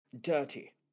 dirty